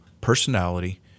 personality